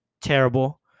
terrible